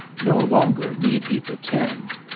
no longer need he pretend.